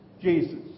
Jesus